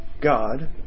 God